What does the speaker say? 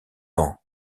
ans